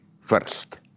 first